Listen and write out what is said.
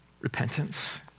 repentance